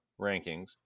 rankings